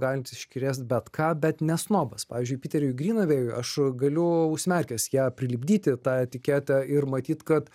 galintis iškrėst bet ką bet ne snobas pavyzdžiui piteriui grynavėjui aš galiu užsimerkęs ją prilipdyti tą etiketę ir matyt kad